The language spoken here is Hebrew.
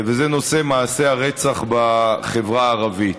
וזה נושא מעשי הרצח בחברה הערבית.